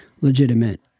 legitimate